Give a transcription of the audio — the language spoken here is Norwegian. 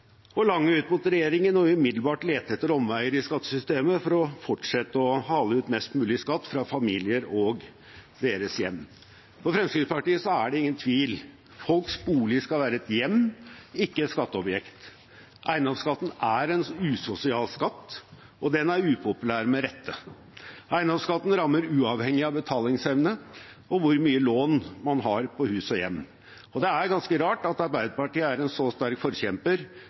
å lange ut mot regjeringen og umiddelbart lete etter omveier i skattesystemet for å fortsette å hale ut mest mulig skatt fra familier og deres hjem. For Fremskrittspartiet er det ingen tvil. Folks bolig skal være et hjem, ikke et skatteobjekt. Eiendomsskatten er en usosial skatt, og den er upopulær med rette. Eiendomsskatten rammer uavhengig av betalingsevne og hvor mye lån man har på hus og hjem. Det er ganske rart at Arbeiderpartiet er en så sterk forkjemper